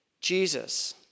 Jesus